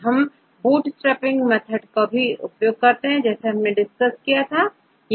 हमने bootstrapping method भी discuss की थी